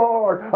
Lord